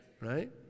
Right